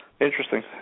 Interesting